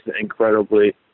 incredibly